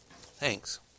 Thanks